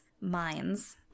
minds